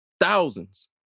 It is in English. thousands